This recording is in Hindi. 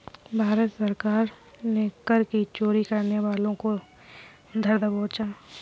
भारत सरकार ने कर की चोरी करने वालों को धर दबोचा